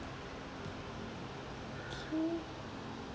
okay